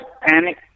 panic